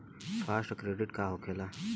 Fast credit का होखेला?